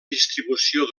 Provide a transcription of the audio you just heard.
distribució